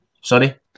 Sorry